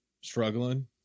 struggling